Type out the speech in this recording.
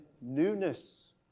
newness